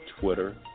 Twitter